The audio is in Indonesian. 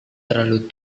terlalu